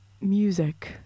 music